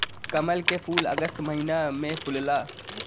कमल के फूल अगस्त महिना में फुलला